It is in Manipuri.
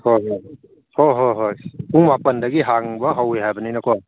ꯍꯣꯏ ꯍꯣꯏ ꯍꯣꯏ ꯍꯣꯏ ꯍꯣꯏ ꯄꯨꯡ ꯃꯥꯄꯟꯗꯒꯤ ꯍꯥꯡꯕ ꯍꯧꯋꯦ ꯍꯥꯏꯕꯅꯤꯅꯀꯣ